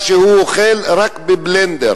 מה שהוא אוכל, רק בבלנדר.